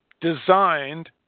designed